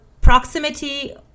proximity